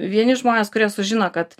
vieni žmonės kurie sužino kad